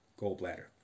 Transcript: gallbladder